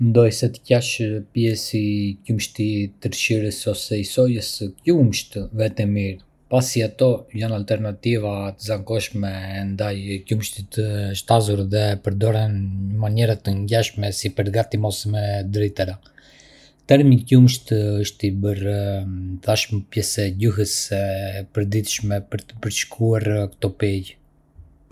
Ekzistojnë shumë tipe qumështit, si qumështi i lopës, qumështi i sojës dhe qumështi i bajames. Qumështi i lopës është i pasur me proteina dhe kalcium, ndërsa qumështi i sojës është një alternativë e mirë bimore për ata që janë intolerantë ndaj laktozës, me një profil të ngjashëm proteinik. Qumështi i bajames, nga ana tjetër, ka më pak proteina, por është i lehtë dhe ideal për ata që ndjekin një dietë me pak kalori.